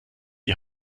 die